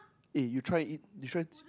eh you try to eat you try